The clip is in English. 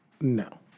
No